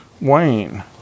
Wayne